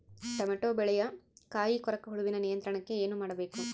Tomato ಬೆಳೆಯ ಕಾಯಿ ಕೊರಕ ಹುಳುವಿನ ನಿಯಂತ್ರಣಕ್ಕೆ ಏನು ಮಾಡಬೇಕು?